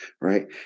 right